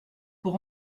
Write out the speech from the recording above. pour